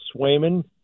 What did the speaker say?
Swayman